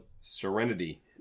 Serenity